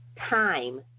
time